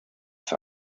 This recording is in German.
für